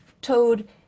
Toad